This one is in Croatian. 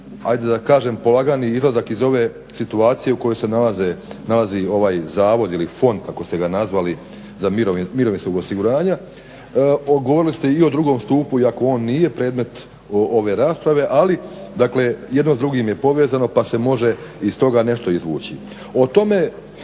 ajde da kažem polagani izlazak iz ove situacije u kojoj se nalazi ovaj zavod ili fond kako ste ga nazvali mirovinskog osiguranja. Govorili ste i o drugom stupu iako on nije predmet ove rasprave ali jedno s drugim je povezano pa se može iz toga nešto izvući.